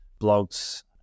blogs